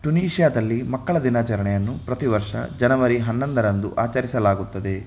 ಟುನೀಶಿಯಾದಲ್ಲಿ ಮಕ್ಕಳ ದಿನಾಚರಣೆಯನ್ನು ಪ್ರತಿ ವರ್ಷ ಜನವರಿ ಹನ್ನೊಂದರಂದು ಆಚರಿಸಲಾಗುತ್ತದೆ